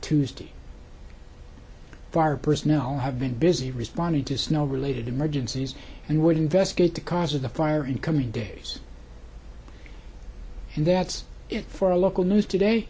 tuesday fire personnel have been busy responding to snow related emergencies and would investigate the cause of the fire in coming days and that's it for a local news today